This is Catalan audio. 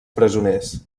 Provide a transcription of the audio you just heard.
presoners